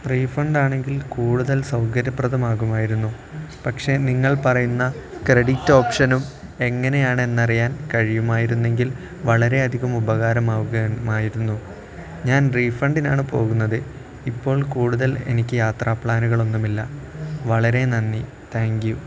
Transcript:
refund ആണെങ്കിൽ കൂടുതൽ സൗകര്യപ്രദമാകുമായിരുന്നു പക്ഷെ നിങ്ങൾ പറയുന്ന ക്രെഡിറ്റ് ഓപ്ഷനും എങ്ങനെയാണെന്നറിയാൻ കഴിയുമായിരുന്നുവെങ്കിൽ വളരെയധികം ഉപകാരമാകുമായിരുന്നു ഞാൻ റീഫണ്ടിനാണ് പോകുന്നത് ഇപ്പോൾ കൂടുതൽ എനിക്ക് യാത്രാ പ്ലാനുകളൊന്നുമില്ല വളരെ നന്ദി താങ്ക് യൂ